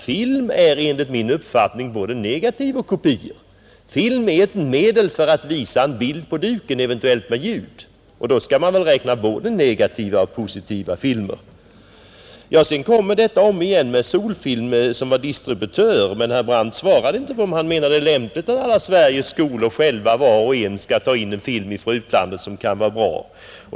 Film är enligt min uppfattning både negativ och kopior. Film är ett medel för att visa en bild på duken, eventuellt med ljud, och då skall man räkna både negativa och positiva filmer. Sedan kommer detta tillbaka med Sol-Film som var distributör, men herr Brandt svarade inte på om han menade att det var lämpligt att Sveriges skolor själva var och en skall ta in en film från utlandet som kan vara bra.